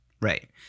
Right